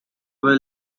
will